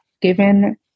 given